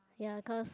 ya cause